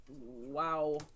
Wow